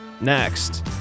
next